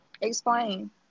Explain